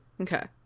Okay